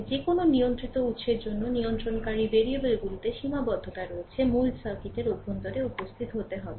তবে যে কোনও নিয়ন্ত্রিত উত্সের জন্য নিয়ন্ত্রণকারী ভেরিয়েবলগুলিতে সীমাবদ্ধতা রয়েছে মূল সার্কিটের অভ্যন্তরে উপস্থিত হতে হবে